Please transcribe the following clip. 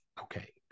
Okay